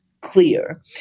clear